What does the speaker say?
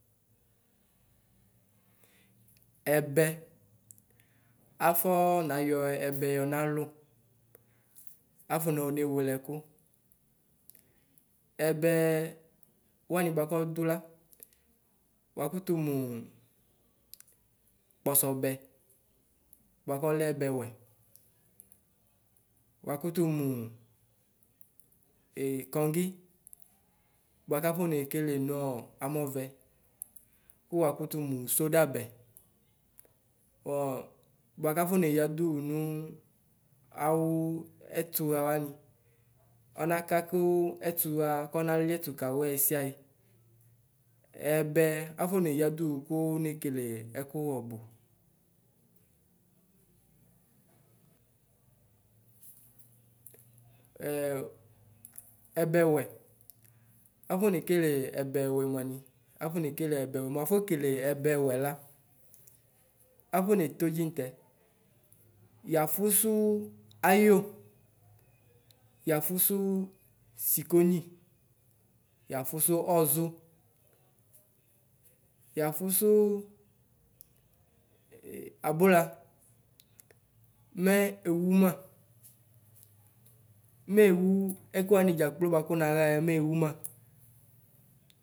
Ɛbɛ afɔ nayɔ ɛbɛ yɔnalo afɔnɔ ne wɛlɛ ɛkɔ ɛbɛ wanɩ bʋakɔdʋ la wakʋ mʋ kpɔsobɛ bʋakɔlɛ ɛbɛwɛ wakɔtʋ mɔ ɛkɔgɩ bʋakɔ kɔnɛ kɛlɛ nɔɔ amɔvɛ kɔ wakʋtɔ mɔ sodabɛ ɔɔ bʋakafɔ nɛyadɔ nɔ awʋ ɛtɔhɑ wanu ɔnakakɔ ɛbɛwɛ mʋanɩ akɔ nɩkpɛ hlɩ ɛfɔɛ kɛlɛ ɛbɛwɛ la akɔ nɛtɔɖzɩ mʋtsɛ yafʋsʋ ayo yafʋsʋ sikonɩ yafosɔ ɔzɔ yafʋsʋ abola mɛ ɛwʋmɑ mɛwɔ ɛkʋ wanɩ dzakplɔ bʋakɔ naxayɛ mɛwʋ mɑ.